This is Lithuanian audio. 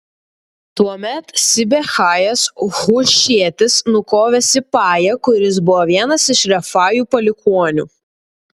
tuomet sibechajas hušietis nukovė sipają kuris buvo vienas iš refajų palikuonių